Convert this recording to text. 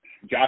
Josh